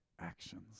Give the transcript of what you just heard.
actions